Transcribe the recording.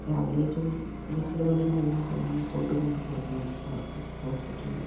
രാവിലെ ജോലിക്ക് വീട്ടിലെ പണികളെല്ലാം കഴിഞ്ഞ് ഫുഡ് കൊണ്ടു കൊടുക്കണം അവർക്ക് ഹോസ്പിറ്റലിൽ